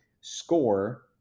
score